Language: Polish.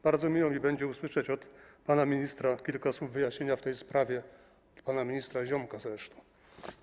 Bardzo miło mi będzie usłyszeć od pana ministra kilka słów wyjaśnienia w tej sprawie, pana ministra, zresztą ziomka.